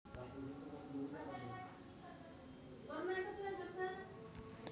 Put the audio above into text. मालमत्ता कर हा मालमत्तेच्या मूल्यावरील जाहिरात मूल्य कर आहे